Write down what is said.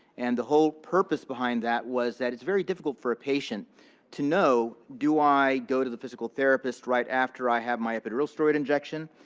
and the whole purpose behind that was that it's very difficult for a patient to know, do i go to the physical therapist right after i have my epidural steroid injection?